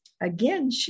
again